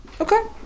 Okay